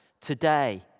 today